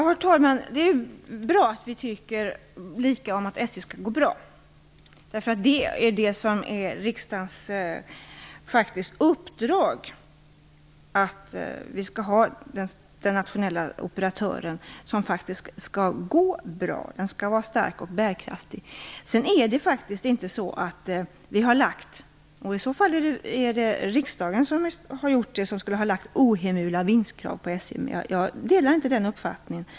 Herr talman! Det bra att vi tycker att SJ skall gå bra. Det är faktiskt riksdagens uppdrag att vi skall ha en nationell operatör som faktiskt skall gå bra, vara stark och bärkraftig. Det är faktiskt inte så att riksdagen har lagt ohemula vinstkrav på SJ. Jag delar inte den uppfattningen.